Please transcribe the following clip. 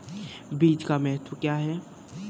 बीज का महत्व क्या है?